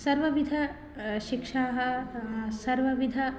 सर्वविधाः शिक्षाः सर्वविधम्